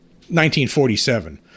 1947